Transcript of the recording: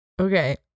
Okay